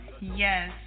Yes